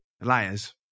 Liars